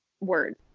words